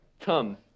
Come